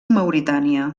mauritània